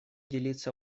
делиться